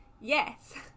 Yes